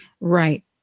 Right